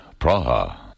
Praha